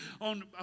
on